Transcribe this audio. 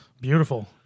Beautiful